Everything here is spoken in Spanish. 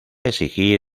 exigir